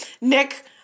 Nick